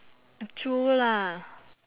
true lah